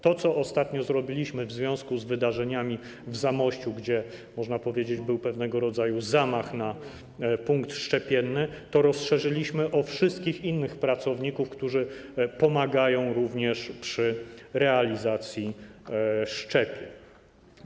To, co ostatnio zrobiliśmy w związku z wydarzeniami w Zamościu, gdzie, można powiedzieć, był pewnego rodzaju zamach na punkt szczepienny, to rozszerzyliśmy o wszystkich innych pracowników, którzy również pomagają przy realizacji szczepień.